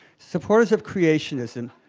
supporters of creationism,